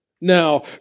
Now